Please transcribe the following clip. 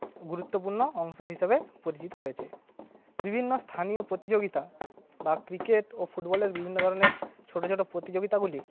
গুরুত্বপূর্ণ অংশ হিসাবে পরিচিত হয়েছে বিভিন্ন স্থানীয় প্রতিযোগিতা বা ক্রিকেট ও ফুটবলের বিভিন্ন ধরনের ছোটো ছোট প্রতিযোগিতাগুলি